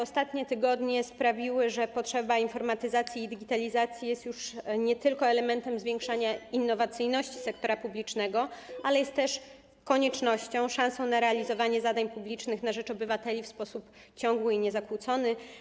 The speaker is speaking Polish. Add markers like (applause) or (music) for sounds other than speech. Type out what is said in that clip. Ostatnie tygodnie sprawiły, że potrzeba informatyzacji i digitalizacji jest już nie tylko elementem zwiększania (noise) innowacyjności sektora publicznego, ale jest też koniecznością, szansą na realizowanie zadań publicznych na rzecz obywateli w sposób ciągły i niezakłócony.